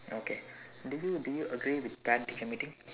okay do you do you agree with parent teacher meeting